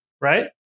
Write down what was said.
right